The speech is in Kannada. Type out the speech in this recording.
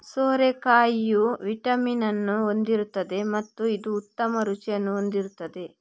ಸೋರೆಕಾಯಿಯು ವಿಟಮಿನ್ ಅನ್ನು ಹೊಂದಿರುತ್ತದೆ ಮತ್ತು ಇದು ಉತ್ತಮ ರುಚಿಯನ್ನು ಹೊಂದಿರುತ್ತದೆ